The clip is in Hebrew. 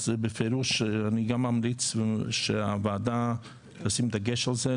אז בפירוש אני ממליץ שהוועדה תשים דגש על זה,